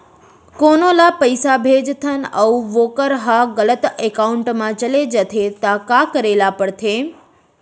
कोनो ला पइसा भेजथन अऊ वोकर ह गलत एकाउंट में चले जथे त का करे ला पड़थे?